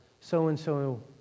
so-and-so